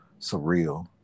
surreal